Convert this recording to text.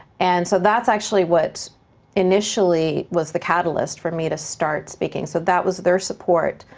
and so that's actually what initially was the catalyst for me to start speaking. so that was, their support,